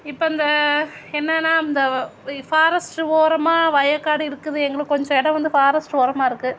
இப்போ இந்த என்னான்னா இந்த வ இ ஃபாரஸ்ட்டு ஓரமாக வயக்காடு இருக்குது எங்களுக்கு கொஞ்சம் இடம் வந்து ஃபாரஸ்ட் ஓரமாக இருக்கு